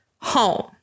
home